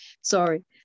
sorry